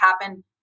happen